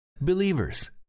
Believers